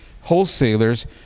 wholesalers